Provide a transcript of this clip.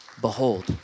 Behold